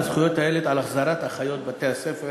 לזכויות הילד על החזרת אחיות בתי-הספר,